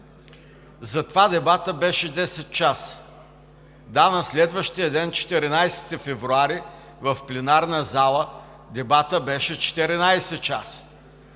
Затова дебатът беше 10 часа. Да, на следващия ден, 14 февруари, в пленарната зала дебатът беше 14 часа.